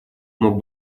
мог